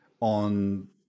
on